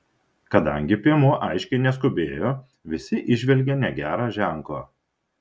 kadangi piemuo aiškiai neskubėjo visi įžvelgė negerą ženklą